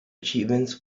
achievements